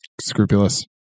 scrupulous